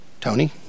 Tony